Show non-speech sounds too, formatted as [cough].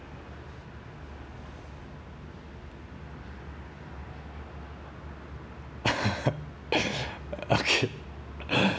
[laughs] okay